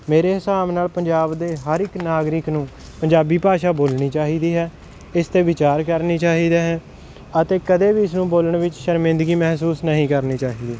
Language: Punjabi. ਮੇਰੇ ਹਿਸਾਬ ਨਾਲ ਪੰਜਾਬ ਦੇ ਹਰ ਇੱਕ ਨਾਗਰਿਕ ਨੂੰ ਪੰਜਾਬੀ ਭਾਸ਼ਾ ਬੋਲਣੀ ਚਾਹੀਦੀ ਹੈ ਇਸ 'ਤੇ ਵਿਚਾਰ ਕਰਨੀ ਚਾਹੀਦਾ ਹੈ ਅਤੇ ਕਦੇ ਵੀ ਇਸ ਨੂੰ ਬੋਲਣ ਵਿੱਚ ਸ਼ਰਮਿੰਦਗੀ ਮਹਿਸੂਸ ਨਹੀਂ ਕਰਨੀ ਚਾਹੀਦੀ